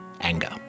anger